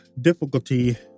difficulty